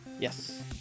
yes